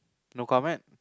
no comment